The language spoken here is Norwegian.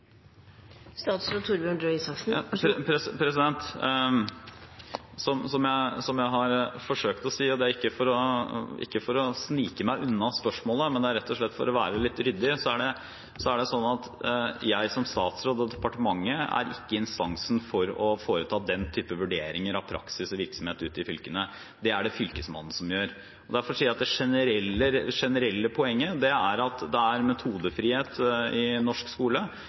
Som jeg har forsøkt å si – og det er ikke for å snike meg unna spørsmålet, men det er rett og slett for å være litt ryddig – er det slik at jeg som statsråd og departementet ikke er instansen for å foreta den type vurderinger av praksis og virksomhet ute i fylkene. Det er det Fylkesmannen som gjør. Derfor vil jeg si at det generelle poenget er at det er metodefrihet i norsk skole.